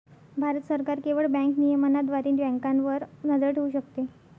भारत सरकार केवळ बँक नियमनाद्वारे बँकांवर नजर ठेवू शकते